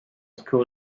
school